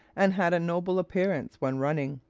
and had a noble appearance when running.